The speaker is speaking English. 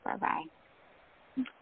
Bye-bye